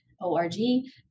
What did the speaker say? O-r-g